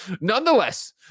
nonetheless